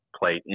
play